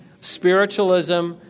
spiritualism